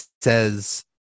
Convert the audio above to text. says